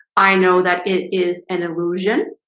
i know that it is an illusion.